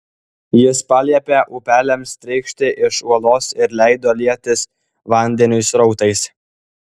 jis paliepė upeliams trykšti iš uolos ir leido lietis vandeniui srautais